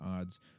odds